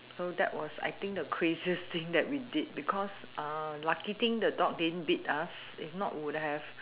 so that was I think the craziest thing that we did because uh lucky thing the dog didn't bit us if not would have